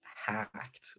hacked